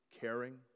caring